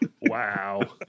Wow